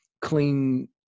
clean